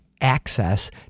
access